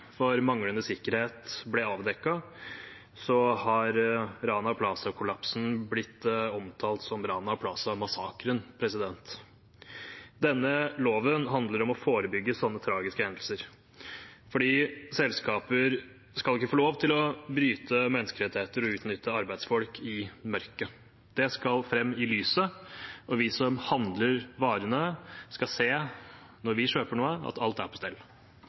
for manglende sikkerhet ble avdekket, har Rana Plaza-kollapsen blitt omtalt som Rana Plaza-massakren. Denne loven handler om å forebygge sånne tragiske hendelser, for selskaper skal ikke få lov til å bryte menneskerettigheter og utnytte arbeidsfolk i mørket. Det skal fram i lyset, og vi som handler varene, skal se – når vi kjøper noe – at alt er på stell.